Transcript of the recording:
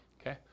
okay